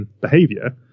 behavior